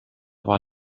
war